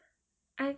I